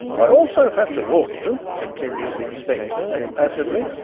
i also have to warn you, continued the inspector impassively,